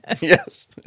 Yes